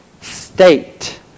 state